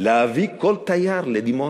"להביא כל תייר לדימונה,